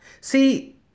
See